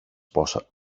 πως